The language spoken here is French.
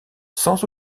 sans